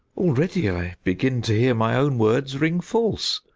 already, i begin to hear my own words ring false,